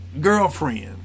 girlfriend